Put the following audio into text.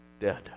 dead